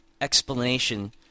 explanation